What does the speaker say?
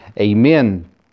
Amen